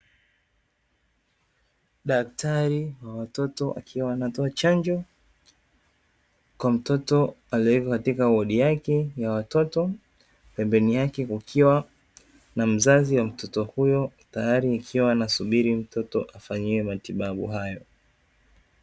Daktari wa watoto akiwa anatoa chanjo kwa mtoto aliyeko katika wodi yake ya watoto. Pembeni yake kukiwa na mzazi wa mtoto huyo, tayari akiwa anasubiri mtoto afanyiwe matibabu hayo.